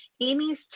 Amy's